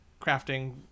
crafting